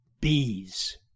Bees